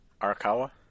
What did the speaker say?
Arakawa